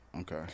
okay